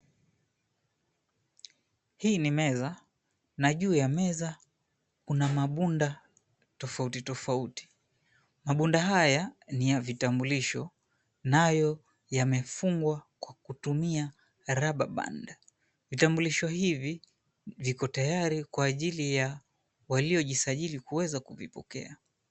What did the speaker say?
Hii ni meza na juu ya meza kuna mabunda tofauti tofauti. Mabunda haya ni ya vitambulisho, nayo yamefungwa kwa kutumia rubber band . Vitambulisho hivi viko tayari kwa ajili ya waliojisajili kuweza kuvipokea.